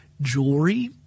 jewelry